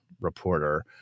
reporter